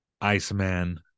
Iceman